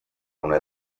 una